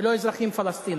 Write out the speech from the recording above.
ולא אזרחים פלסטינים.